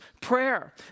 prayer